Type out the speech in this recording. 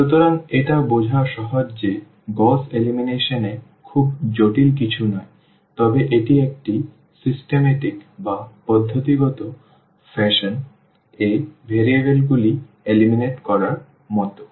সুতরাং এটা বোঝা সহজ যে এই গউস এলিমিনেশন এ খুব জটিল কিছু নয় তবে এটি একটি পদ্ধতিগত ফ্যাশন এ ভেরিয়েবলগুলি নির্মূল করার মতো